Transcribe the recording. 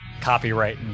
copyright